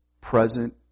present